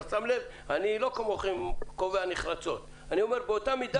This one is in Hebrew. אני לא כמוכם קובע נחרצות, אני אומר "באותה מידה".